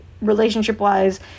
relationship-wise